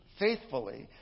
faithfully